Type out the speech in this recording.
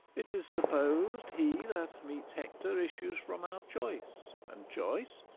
it is suppos'd he that meets hector issues from our choice and choice,